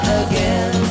again